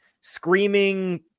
screaming